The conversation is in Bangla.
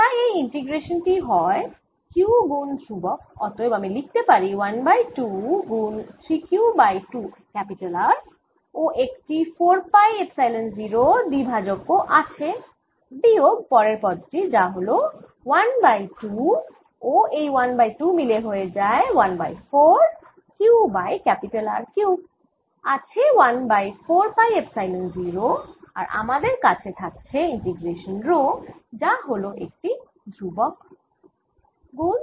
তাই এই ইন্টিগ্রেশান টি হয় Q গুন ধ্রুবক অতএব আমি লিখতে পারি 1 বাই 2 গুন 3 Q বাই 2 R ও একটি 4 পাই এপসাইলন 0 দিভাজক ও আছে বিয়োগ পরের পদটি যা হল 1 বাই 2 ও এই 1 বাই 2 মিলে হয় 1 by 4 Q by R cube আছে 1 বাই 4 পাই এপসাইলন 0 আর আমাদের কাছে থাকছে ইন্টিগ্রেশান রো যা হল একটি ধ্রুবক গুন